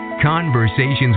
Conversations